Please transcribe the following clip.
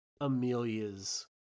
Amelia's